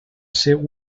seu